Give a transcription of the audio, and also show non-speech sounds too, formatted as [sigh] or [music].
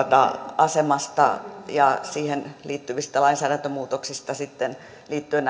asemasta ja siihen liittyvistä lainsäädäntömuutoksista liittyen [unintelligible]